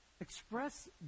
express